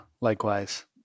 likewise